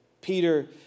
Peter